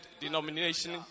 denomination